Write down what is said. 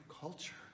culture